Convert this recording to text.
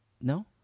no